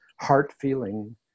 heart-feeling